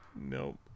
Nope